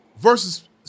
versus